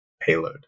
payload